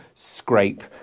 scrape